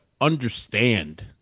understand